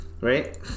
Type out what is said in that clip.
Right